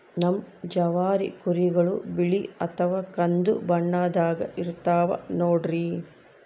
ನಮ್ ಜವಾರಿ ಕುರಿಗಳು ಬಿಳಿ ಅಥವಾ ಕಂದು ಬಣ್ಣದಾಗ ಇರ್ತವ ನೋಡ್ರಿ